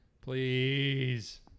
Please